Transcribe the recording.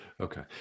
Okay